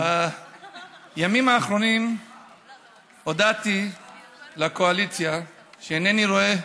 בימים האחרונים הודעתי לקואליציה שאינני רואה את